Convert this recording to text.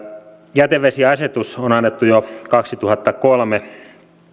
jätevesiasetus on annettu jo kaksituhattakolme